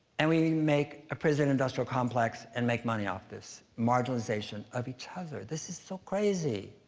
and we make a prison industrial complex and make money off this marginalization of each other. this is so crazy.